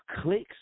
clicks